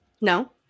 no